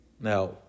Now